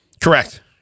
Correct